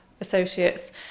associates